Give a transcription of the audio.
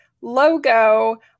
logo